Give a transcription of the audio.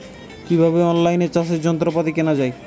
কিভাবে অন লাইনে চাষের যন্ত্রপাতি কেনা য়ায়?